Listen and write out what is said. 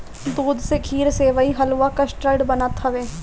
दूध से खीर, सेवई, हलुआ, कस्टर्ड बनत हवे